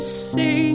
see